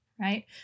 right